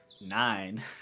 Nine